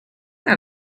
not